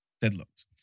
deadlocked